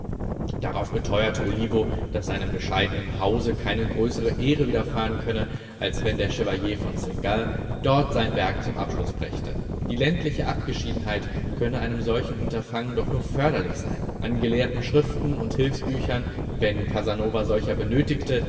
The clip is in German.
darauf beteuerte olivo daß seinem bescheidenen haus keine größre ehre widerfahren könne als wenn der chevalier von seingalt dort sein werk zum abschluß brächte die ländliche abgeschiedenheit könne einem solchen unterfangen doch nur förderlich sein an gelehrten schriften und hilfsbüchern wenn casanova solcher benötigte